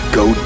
go